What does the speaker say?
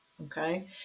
okay